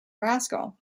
rascal